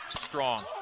Strong